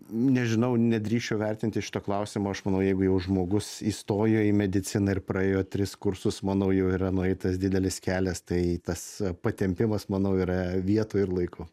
nežinau nedrįsčiau vertinti šito klausimo aš manau jeigu jau žmogus įstojo į mediciną ir praėjo tris kursus manau jau yra nueitas didelis kelias tai tas patempimas manau yra vietoj ir laiku